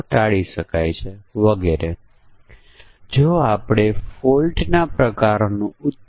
અને જો થાપણ 1 વર્ષથી ઓછી હોય અને થાપણની રકમ 1 લાખ કરતા વધુ હોય તો તે પણ 7 ટકા ઉત્પન્ન કરશે